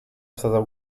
wsadzał